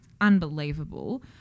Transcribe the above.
unbelievable